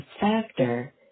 factor